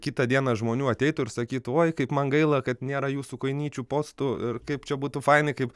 kitą dieną žmonių ateitų ir sakytų oi kaip man gaila kad nėra jūsų kojinyčių postų ir kaip čia būtų fainai kaip